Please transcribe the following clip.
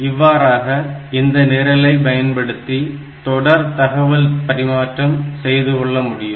இவ்வாறாக இந்த நிரலை பயன்படுத்தி தொடர் தகவல் பரிமாற்றம் செய்துகொள்ள முடியும்